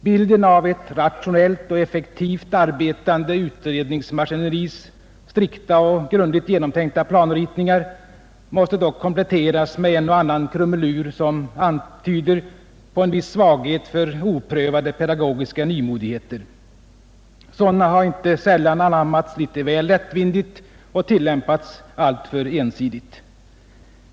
Bilden av ett rationellt och effektivt arbetande utredningsmaskineris strikta och grundligt genomtänkta planritningar måste dock kompletteras med en och annan krumelur, som tyder på en viss svaghet för oprövade pedagogiska nymodigheter. Sådana har inte sällan anammats litet väl lättvindigt och tillämpats alltför ensidigt.